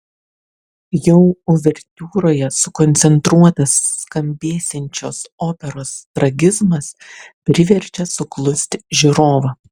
jau uvertiūroje sukoncentruotas skambėsiančios operos tragizmas priverčia suklusti žiūrovą